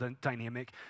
dynamic